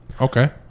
Okay